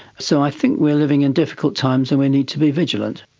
so i think we are living in difficult times and we need to be vigilant.